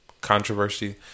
controversy